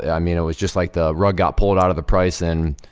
i mean it was just like the rug got pulled out of the price and,